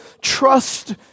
trust